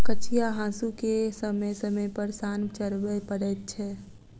कचिया हासूकेँ समय समय पर सान चढ़बय पड़ैत छै